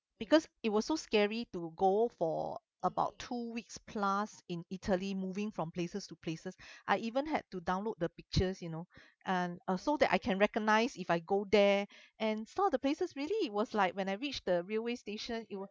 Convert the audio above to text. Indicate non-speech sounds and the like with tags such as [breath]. because it was so scary to go for about two weeks plus in italy moving from places to places [breath] I even had to download the pictures you know and uh so that I can recognise if I go there and so the places really it was like when I reach the railway station it was